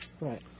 Right